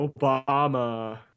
Obama